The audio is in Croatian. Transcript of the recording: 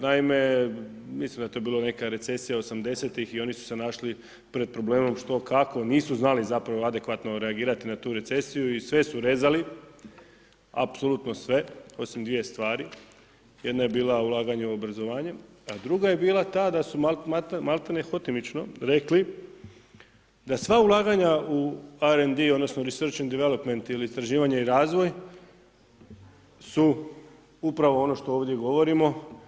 Naime, mislim da je to bila neka recesija '80.-ih i oni su se našli pred problemom, što kako, nisu znali zapravo adekvatno reagirati na tu recesiju i sve su rezali, apsolutno sve, osim dvije stvari, jedna je bila ulaganje u obrazovanje a druga je bila ta da su maltene hotimično rekli da sva ulaganja u RND, odnosno research and development ili istraživanje i razvoj su upravo ono što ovdje govorimo.